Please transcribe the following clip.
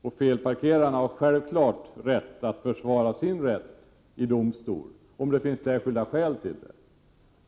Och felparkerarna har självfallet möjlighet att försvara sin rätt i domstol, om det finns särskilda skäl till det.